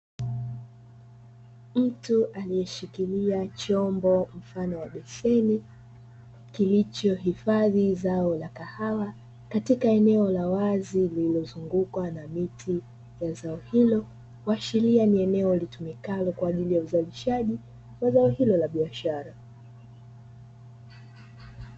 Mtu aliyeshikilia chombo mfano wa beseni kilichohifadhi zao la kahawa katika eneo la wazi lililozungukwa na miti ya zao hilo, kuashiria ni eneo litumikalo kwa ajili ya uzalishaji wa zao hilo la biashara.